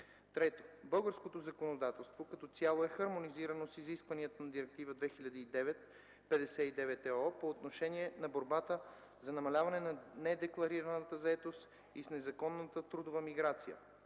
ІІІ. Българското законодателство като цяло е хармонизирано с изискванията на Директива 2009/52/ЕО по отношение на борбата за намаляване на недекларираната заетост и с незаконната трудова миграция.